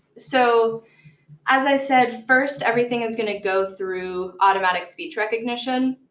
so as i said, first, everything is going to go through automatic speech recognition.